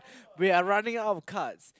wait I running out of cards